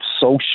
social